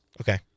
Okay